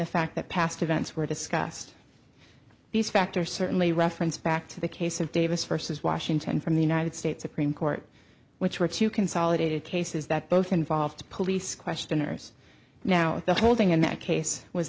the fact that past events were discussed these factors certainly reference back to the case of davis versus washington from the united states supreme court which were two consolidated cases that both involved police questioners now the holding in that case was